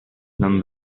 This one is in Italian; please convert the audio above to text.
non